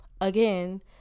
again